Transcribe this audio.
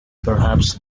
perhaps